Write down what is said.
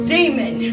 Demon